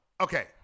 okay